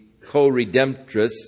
co-redemptress